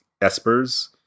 espers